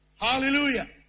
Hallelujah